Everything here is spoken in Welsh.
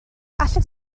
allet